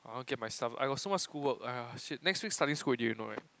I want to get myself I got so much school work aiya shit next week starting school already you know right